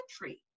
country